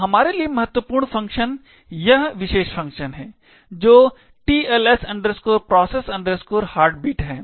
तो हमारे लिए महत्वपूर्ण फंक्शन यह विशेष फंक्शन है जो tls process heartbeat है